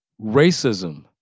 racism